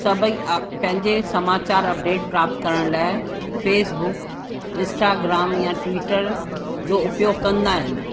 सभेई आहे पंहिंजे समाचारु अपडेट प्राप्त करण लाइ फ़ेसबुक इंस्टाग्राम या ट्वीटर जो उपयोग कंदा आहिनि